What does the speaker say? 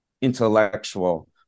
intellectual